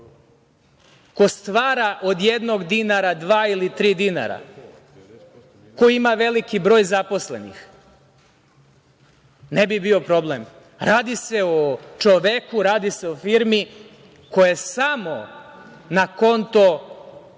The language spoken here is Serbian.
ko stvara od jednog dinara dva ili tri dinara, ko ima veliki broj zaposlenih, ne bi bio problem. Radi se o čoveku, radi se o firmi koja je samo na konto